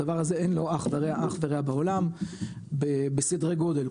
הדבר הזה אין לו אח ורע בעולם בסדרי גודל.